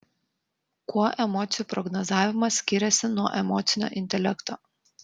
kuo emocijų prognozavimas skiriasi nuo emocinio intelekto